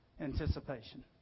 anticipation